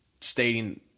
stating